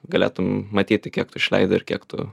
galėtum matyti kiek tu išleidai ir kiek tu